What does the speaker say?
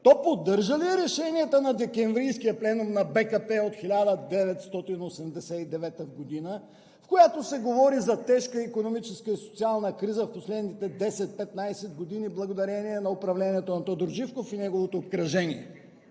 то поддържа ли решенията на Декемврийския пленум на БКП от 1989 г., в които се говори за тежка икономическа и социална криза в последните 10 – 15 години благодарение на управлението на Тодор Живков и неговото обкръжение,